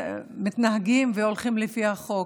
מתנהגים והולכים לפי החוק.